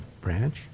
branch